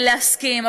להסכים,